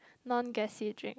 non gassy drink